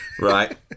Right